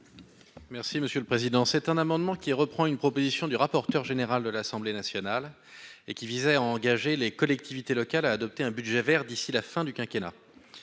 Merci Monsieur le Président, c'est un amendement qui reprend une proposition du rapporteur général de l'Assemblée nationale et qui visait engager les collectivités locales à adopter un budget Vert d'ici la fin du quinquennat